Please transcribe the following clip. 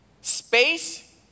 space